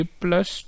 plus